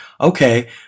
okay